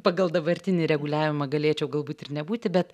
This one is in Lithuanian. pagal dabartinį reguliavimą galėčiau galbūt ir nebūti bet